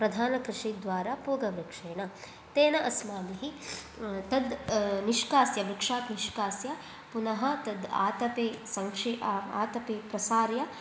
प्रधानकृषि द्वारा पूगवृक्षेण तेन अस्माभिः तत् निष्कास्य वृक्षात् निष्कास्य पुनः तत् आतपे संक्षे आतपे प्रसार्य